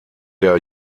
der